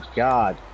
god